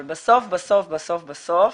אבל בסוף, בסוף, בסוף